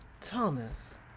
Thomas